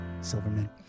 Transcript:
Silverman